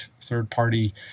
third-party